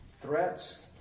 Threats